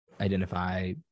identify